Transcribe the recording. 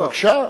בבקשה.